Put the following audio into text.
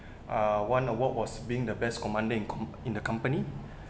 uh one award was being the best commanding com~ in the company